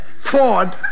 Ford